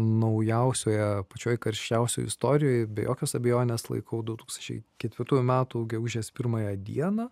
naujausioje pačioj karščiausioj istorijoj be jokios abejonės laikau du tūkstančiai ketvirtųjų metų gegužės pirmąją dieną